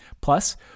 Plus